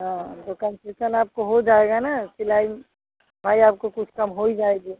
हाँ तो कन्सेशन आपको हो जाएगा ना सिलाई भाई आपको कुछ कम हो ही जाएगी